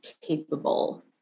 capable